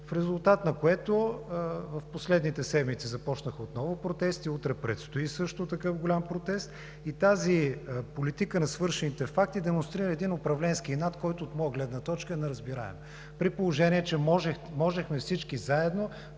в резултат на което в последните седмици започнаха отново протести, утре предстои също такъв голям протест и тази политика на свършените факти демонстрира един управленски инат, който от моя гледна точка е неразбираем, при положение че можехме всички заедно